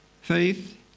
Faith